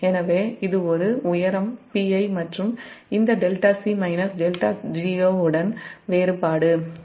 எனவே இது ஒரு உயரம் Pi மற்றும் இந்த 𝜹𝒄 𝜹𝟎 உடன் வேறுபாடு